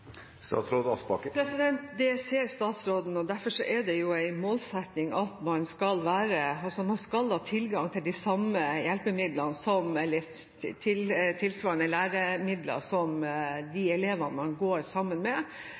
Det ser statsråden, og derfor er det jo en målsetting at man skal ha tilgang til de samme hjelpemidlene, eller tilsvarende læremidler som de elevene man går sammen med.